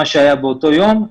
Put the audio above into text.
מה שהיה באותו יום,